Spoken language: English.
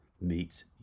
meets